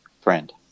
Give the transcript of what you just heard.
friend